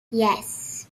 yes